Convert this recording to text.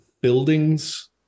buildings